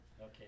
Okay